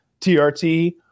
TRT